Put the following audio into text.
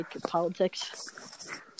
politics